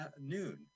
noon